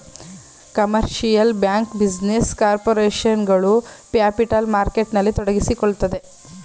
commercial bank, business corporation ಗಳು capital ಮಾರ್ಕೆಟ್ನಲ್ಲಿ ತೊಡಗಿಸಿಕೊಳ್ಳುತ್ತದೆ